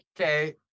okay